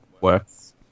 works